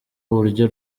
uburyo